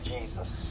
Jesus